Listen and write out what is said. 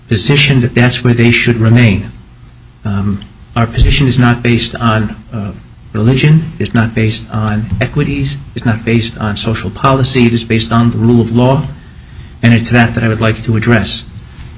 position that that's where they should remain our position is not based on religion it's not based on equities it's not based on social policy just based on the rule of law and it's that i would like to address the